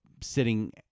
sitting